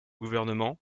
gouvernement